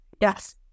yes